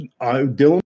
Dylan